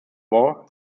war